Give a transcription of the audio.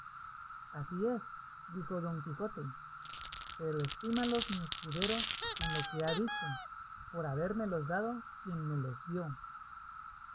así es dijo don quijote pero estímalos mi escudero en lo que ha dicho por habérmelos dado quien me los dio